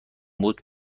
بود